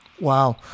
Wow